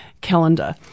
calendar